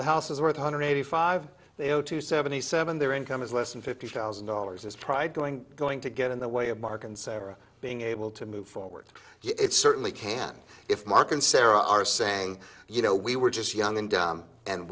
the house is worth two hundred eighty five they owe two seventy seven their income is less than fifty thousand dollars is try going going to get in the way of mark and sarah being able to move forward it certainly can't if mark and sarah are saying you know we were just young and